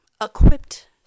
equipped